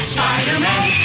Spider-Man